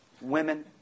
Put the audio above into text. Women